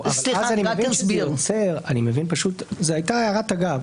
זו הייתה הערת אגב,